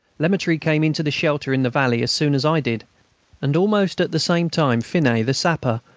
lemaitre came in to the shelter in the valley as soon as i did and almost at the same time finet, the sapper,